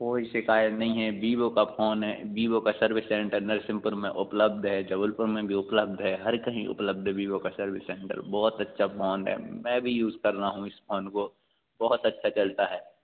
कोई शिकायत नहीं है बीवो का फोन है बीवो का सर्विस सेंटर नरसिमपुर में उपलब्ध है जबलपुर में भी उपलब्ध है हर कहीं उपलब्ध है बीवो का सर्विस सेंटर बहुत अच्छा फोन है मैं भी यूज़ कर रहा हूँ इस फोन को बहुत अच्छा चलता है